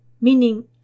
meaning